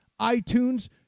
iTunes